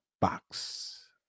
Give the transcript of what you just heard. box